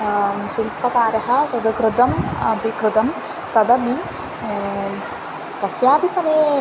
शिल्पकारः तत् कृतम् अपि कृतं तदपि कस्यापि समये